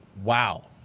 wow